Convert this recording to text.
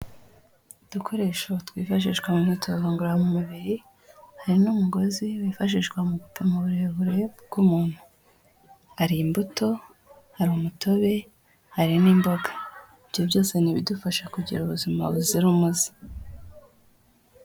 Udukoresho twifashishwa mu myitozo ngororamubiri, hari n'umugozi wifashishwa mu gupima uburebure bw'umuntu, hari imbuto, hari umutobe, hari n'imboga. Ibyo byose ni ibidufasha kugira ubuzima buzira umuze.